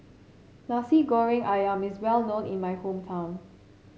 Nasi Goreng ayam is well known in my hometown